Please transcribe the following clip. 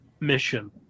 mission